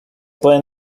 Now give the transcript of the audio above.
pueden